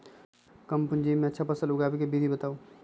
कम पूंजी में अच्छा फसल उगाबे के विधि बताउ?